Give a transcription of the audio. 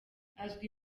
azwi